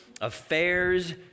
affairs